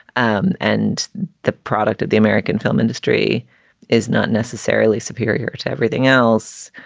and and the product at the american film industry is not necessarily superior to everything else.